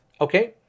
Okay